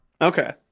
okay